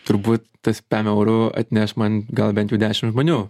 turbūt tas pem eurų atneš man gal bent jau dešim žmonių